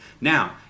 Now